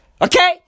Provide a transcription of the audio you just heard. Okay